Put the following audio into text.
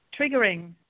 triggering